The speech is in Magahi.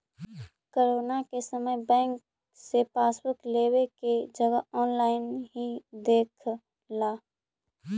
कोरोना के समय बैंक से पासबुक लेवे के जगह ऑनलाइन ही देख ला